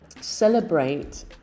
celebrate